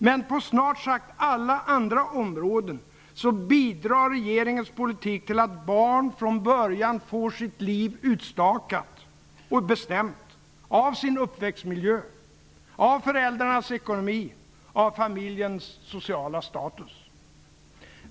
Men på snart sagt alla andra områden bidrar regeringens politik till att barn från början får sitt liv utstakat och bestämt, av sin uppväxtmiljö, av föräldrarnas ekonomi och av familjens sociala status.